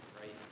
right